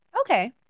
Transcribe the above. Okay